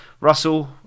Russell